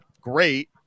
great